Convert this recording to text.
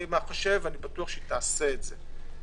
אני בטוח שתעשה את זה.